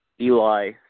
Eli